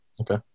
Okay